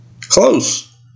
Close